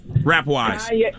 Rap-wise